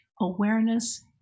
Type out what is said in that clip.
Awareness